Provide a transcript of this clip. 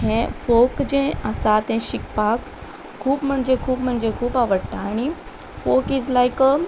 हे फोक जे आसा तें शिकपाक खूब म्हणजे खूब म्हणजे खूब आवडटा आनी फोक इज लायक अ